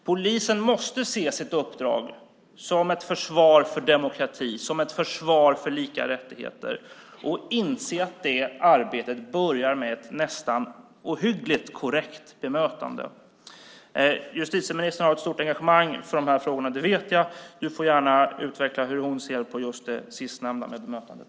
Polisen måste se sitt uppdrag som ett försvar för demokrati, som ett försvar för lika rättigheter, och inse att det arbetet börjar med ett nästan ohyggligt korrekt bemötande. Justitieministern har ett stort engagemang i de här frågorna - det vet jag - och får gärna utveckla hur hon ser på just det sistnämnda, alltså på bemötandet.